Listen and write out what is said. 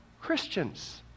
Christians